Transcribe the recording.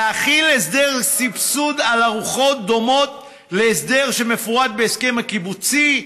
להחיל הסדר סבסוד על ארוחות דומות להסדר שמפורט בהסכם הקיבוצי,